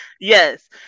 Yes